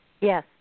yes